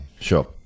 Sure